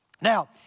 Now